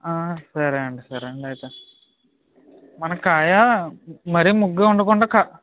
సరే అండి సరే అండి అయితే మనకు కాయ మరి ముగ్గగా ఉండకుండా కా